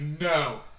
no